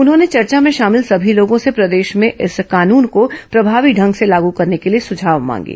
उन्होंने चर्चा में शामिल सभी लोगों से प्रदेश में इस कानून को प्रभावी ढंग से लागू करने के लिए सुझाव मांगे